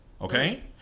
Okay